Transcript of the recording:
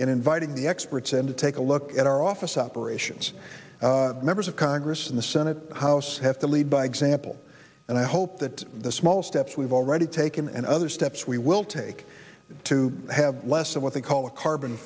in inviting the experts in to take a look at our office operations members of congress in the senate house have to lead by example and i hope that the small steps we've already taken and other steps we will take to have less of what they call a carbon